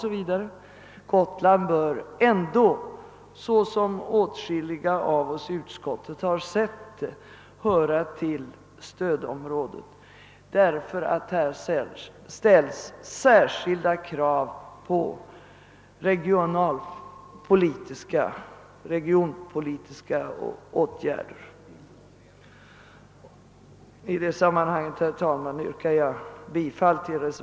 S. v., enligt vad åtskilliga av oss i ut :skottet ansett, höra till stödområdet. Herr talman! Jag ber i detta sammanhang att få yrka bifall till reservationen 5 vid statsutskottets utlåtande nr 103.